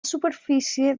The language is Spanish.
superficie